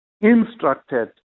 instructed